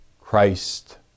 Christ